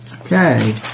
Okay